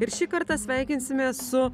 ir šį kartą sveikinsimės su